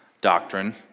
doctrine